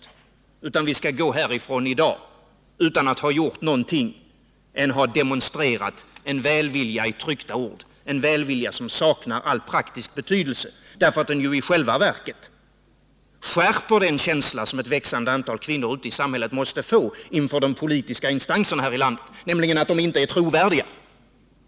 Vi skall alltså gå härifrån i dag utan att ha gjort någonting annat än att ha demonstrerat en välvilja i tryckta ord, en välvilja som saknar all praktisk betydelse därför att den ju i själva verket skärper den känsla som ett växande antal kvinnor ute i samhället måste få inför de politiska instanserna här i landet, nämligen att dessa instanser inte är trovärdiga.